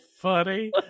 funny